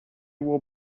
will